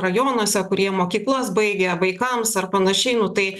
rajonuose kur jie mokyklas baigė vaikams ar panašiai nu tai